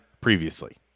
previously